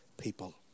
people